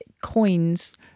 coins